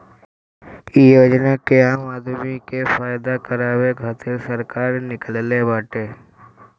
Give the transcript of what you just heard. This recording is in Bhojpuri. इ योजना के आम आदमी के फायदा करावे खातिर सरकार निकलले बाटे